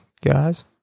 guys